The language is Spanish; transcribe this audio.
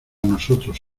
nosotros